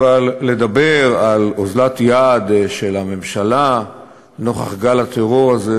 אבל לדבר על אוזלת יד של הממשלה נוכח גל הטרור הזה,